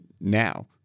now